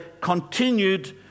continued